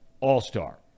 all-star